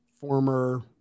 former